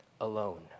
alone